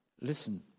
listen